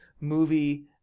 movie